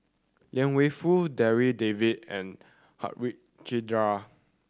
Liang Wenfu Darryl David and Harichandra